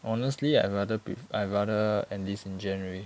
honestly I rather be I rather enlist in january